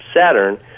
Saturn